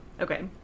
Okay